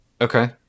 Okay